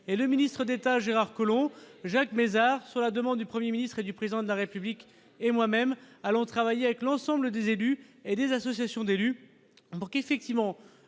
et le ministre d'État, Gérard Collomb, Jacques Mézard sur la demande du 1er ministre et du président de la République et moi-même, allant travailler avec l'ensemble des élus et des associations d'élus qui, effectivement,